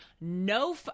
no